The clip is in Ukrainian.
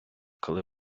коли